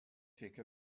take